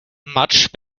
much